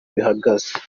bihagaze